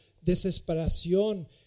desesperación